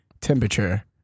temperature